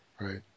Right